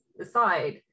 aside